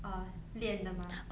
uh 练的 mah